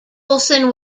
olsen